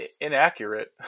inaccurate